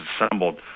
assembled